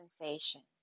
sensation